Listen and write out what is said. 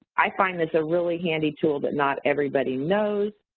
i find this a really handy tool that not everybody knows,